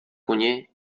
koně